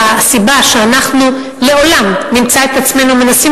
הסיבה שאנחנו לעולם נמצא את עצמנו מנסים